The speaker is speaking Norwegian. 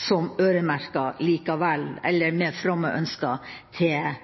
som øremerkede likevel, med fromme ønsker til